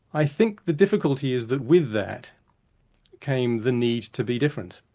i think the difficulty is that with that came the need to be different,